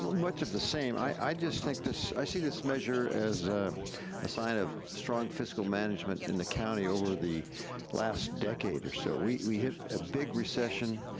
much of the same, i just think this, i see this measure as a sign of strong fiscal management in the county over the last decade or so. we hit a big recession.